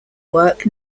work